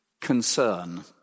concern